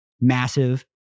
massive